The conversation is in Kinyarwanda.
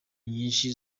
nyinshi